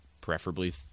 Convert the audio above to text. preferably